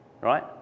Right